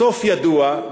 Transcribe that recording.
הסוף ידוע,